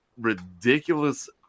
ridiculous